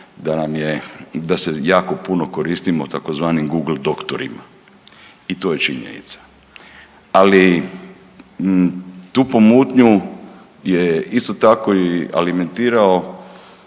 da se jako puno koristimo tzv. google doktorima i to je činjenica. Ali tu pomutnju je isto tako i alimentirao